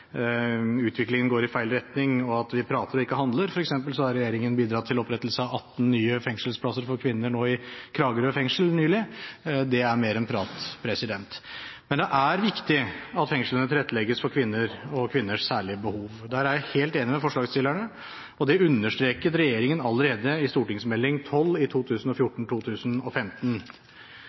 utviklingen går i feil retning, og at vi prater og ikke handler. Regjeringen har f.eks. nylig bidratt til opprettelse av 18 nye fengselsplasser for kvinner i fengselet i Kragerø. Det er mer enn prat. Men det er viktig at fengslene tilrettelegges for kvinner og kvinners særlige behov. Der er jeg helt enig med forslagsstillerne, og det understreket regjeringen allerede i